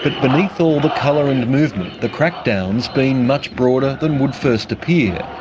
but beneath all the colour and movement, the crackdown's been much broader than would first appear,